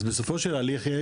אז בסופו של הליך,